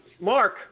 Mark